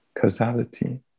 causality